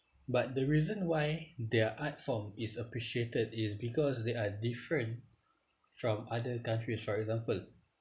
but the reason why their art form is appreciated it's because they are different from other countries for example